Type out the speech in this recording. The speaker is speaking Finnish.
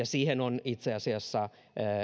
siihen on itse asiassa